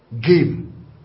game